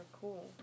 cool